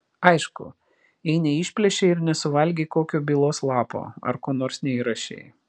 aišku jei neišplėšei ir nesuvalgei kokio bylos lapo ar ko nors neįrašei